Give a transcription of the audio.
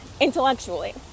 intellectually